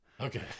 Okay